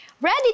Ready